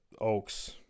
Oaks